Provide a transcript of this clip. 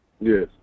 Yes